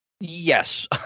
Yes